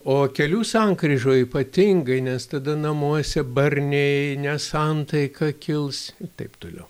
o kelių sankryžoj ypatingai nes tada namuose barniai nesantaika kils taip toliau